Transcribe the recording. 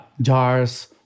jars